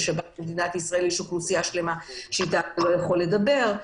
בשבת במדינת ישראל יש אוכלוסייה שלמה שאיתה אתה לא יכול לדבר.